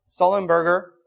Sullenberger